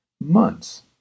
months